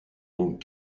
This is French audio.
donc